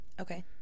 Okay